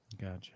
Gotcha